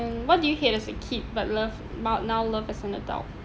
mm what do you hate as a kid but love but now love as an adult